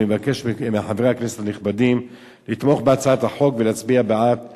אני מבקש מחברי הכנסת הנכבדים לתמוך בהצעת החוק ולהצביע בעדה